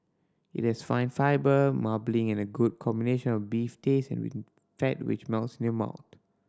it has fine fibre marbling and a good combination of beef taste and fat which melts in your mouth